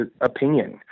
opinion